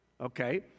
Okay